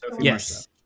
Yes